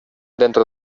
dentro